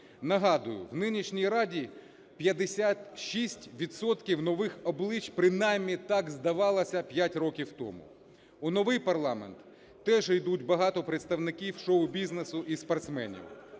Нагадую, у нинішній Раді 56 відсотків нових облич, принаймні так здавалося 5 років тому. У новий парламент теж ідуть багато представників шоу-бізнесу і спортсменів.